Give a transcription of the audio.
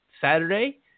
Saturday